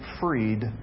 freed